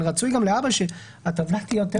אבל רצוי גם להבא שהטבלה תהיה יותר קריאה.